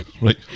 right